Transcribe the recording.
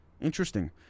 interesting